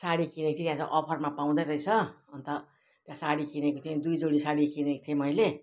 साडी किनेको थिएँ कि आज अफरमा पाउँदै रहेछ अन्त त्यहाँ साडी किनेको थिएँ दुई जोरी साडी किनेको थिएँ मैले